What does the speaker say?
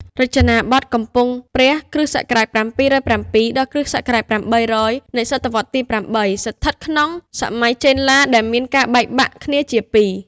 រចនាបថកំពង់ព្រះ គ.ស.៧០៧ ដល់គ.ស. ៨០០ នៃ សតវត្សទី៨ ស្ថិតក្នុងសម័យចេនឡាដែលមានការបែក បាក់គ្នាជាពីរ។